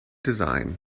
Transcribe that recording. design